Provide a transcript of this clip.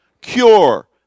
cure